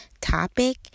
topic